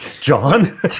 John